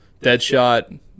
Deadshot